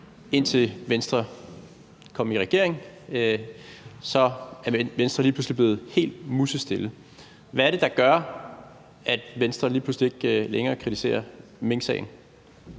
indtil Venstre kom i regering – så er Venstre lige pludselig blevet helt musestille. Hvad er det, der gør, at Venstre lige pludselig ikke længere kommer med